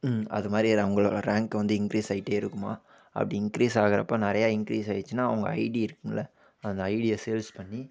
அதுமாதிரி அது அவங்களோட ரேங்க்கு வந்து இன்க்ரீஸ் ஆகிட்டே இருக்குமாம் அப்படி இன்க்ரீஸ் ஆகறப்போ நிறையா இன்க்ரீஸ் ஆகிருச்சுன்னா அவங்க ஐடி இருக்குமில்ல அந்த ஐடியை சேல்ஸ் பண்ணி